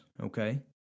okay